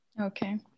Okay